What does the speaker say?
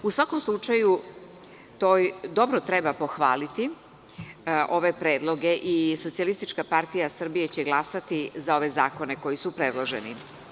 U svakom slučaju, treba dobro pohvaliti ove predloge i Socijalistička partija Srbije će glasati za ove zakone koji su predloženi.